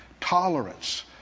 Tolerance